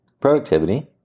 productivity